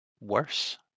worse